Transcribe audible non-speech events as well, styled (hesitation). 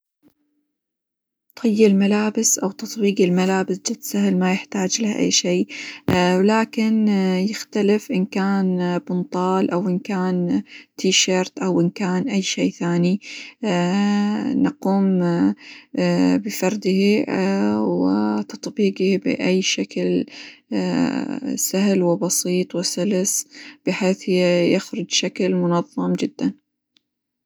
طي الملابس، أو تطبيق الملابس جد سهل ما يحتاج له أي شي، (hesitation) ولكن يختلف إن كان بنطال، أو إن كان تيشيرت، أو إن كان أي شي ثاني، (hesitation) نقوم (hesitation) بفرده (hesitation) وتطبيقه بأي شكل (hesitation) سهل، وبسيط، وسلس، بحيث -ي- يخرج شكل منظم جدًا.